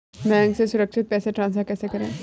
Bank से सुरक्षित पैसे ट्रांसफर कैसे करें?